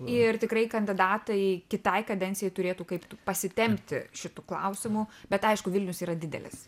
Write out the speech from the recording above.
ir tikrai kandidatai kitai kadencijai turėtų kaip pasitempti šitu klausimu bet aišku vilnius yra didelis